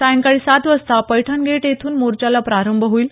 सायंकाळी सात वाजता पैठणगेट येथून मोर्चाला प्रारंभ होईल